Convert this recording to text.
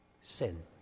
Sin